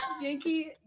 yankee